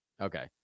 Okay